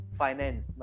finance